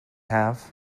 have